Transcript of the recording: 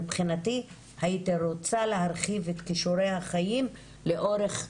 מבחינתי הייתי רוצה להרחיב את כישורי החיים לאורך ולרוחב,